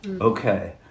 Okay